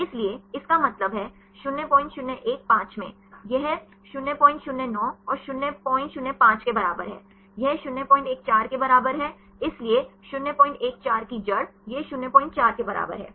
इसलिए इसका मतलब है 001 5 में यह 009 और 005 के बराबर है यह 014 के बराबर है इसलिए 014 की जड़ यह 04 के बराबर है